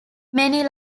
many